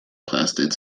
plastids